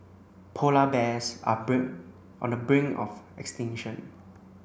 polar bears are on the brink of extinction